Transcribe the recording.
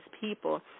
people